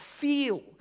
feel